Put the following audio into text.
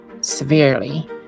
severely